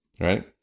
right